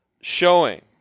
showing